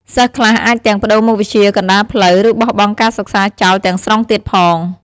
សិស្សខ្លះអាចទាំងប្ដូរមុខវិជ្ជាកណ្តាលផ្លូវ ឬបោះបង់ការសិក្សាចោលទាំងស្រុងទៀតផង។